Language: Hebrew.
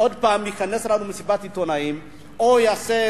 עוד פעם הוא יכנס מסיבת עיתונאים או יעשה,